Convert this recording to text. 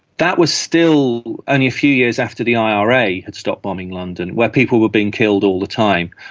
that was still only a few years after the ira had stopped bombing london, where people were being killed all the time.